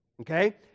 Okay